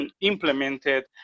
implemented